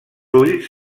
ulls